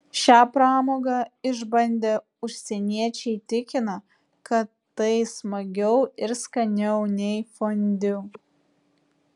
šią pramogą išbandę užsieniečiai tikina kad tai smagiau ir skaniau nei fondiu